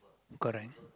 correct